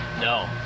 No